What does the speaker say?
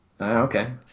okay